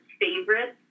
favorites